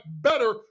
better